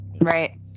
Right